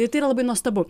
ir tai yra labai nuostabu